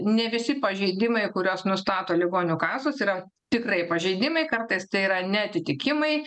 ne visi pažeidimai kuriuos nustato ligonių kasos yra tikrai pažeidimai kartais tai yra neatitikimai